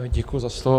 Děkuji za slovo.